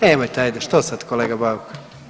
Nemojte ajde što sa kolega Bauk.